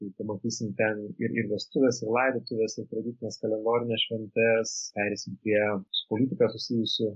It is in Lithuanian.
jį pamatysim ten ir vestuvėse ir laidotuvėse ir tradicines kalendorines šventes pereisim prie su politika susijusių